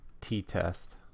t-test